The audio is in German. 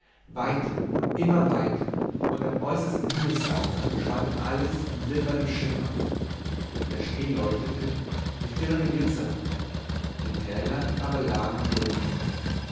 weiter und immer weiter und am äußersten himmelssaume schwand alles in silbernem schimmer der schnee leuchtete die firne glitzerten die täler aber lagen im dunkel